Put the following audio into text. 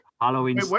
Halloween